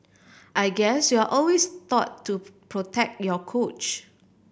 I guess you're always taught to protect your coach